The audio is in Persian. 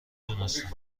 دونستم